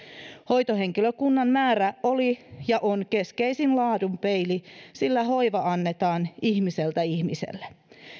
hoitohenkilökunnan määrä oli ja on keskeisin laadun peili sillä hoiva annetaan ihmiseltä ihmiselle